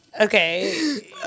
okay